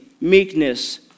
meekness